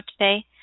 today